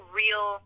real